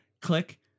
Click